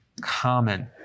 common